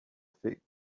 fait